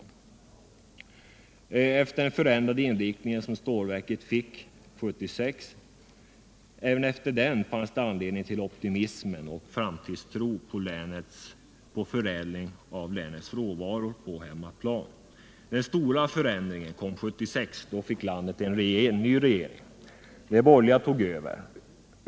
Även efter den förändrade inriktning som Stålverk 80 fick 1976 fanns det anledning till en optimism och till framtidstro på förädling av länets råvaror på hemmaplan. Den stora förändringen kom 1976. Då fick landet en ny regering. De borgerliga tog över.